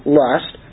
lust